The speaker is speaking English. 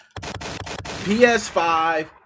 ps5